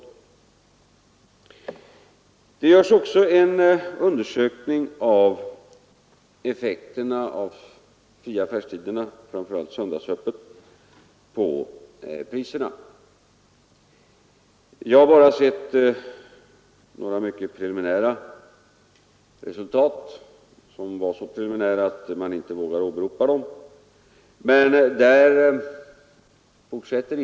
En undersökning görs också av effekterna på priserna av fria affärstider, framför allt söndagsöppet. Jag har bara sett några mycket preliminära resultat, som var så preliminära att man inte vågar åberopa dem.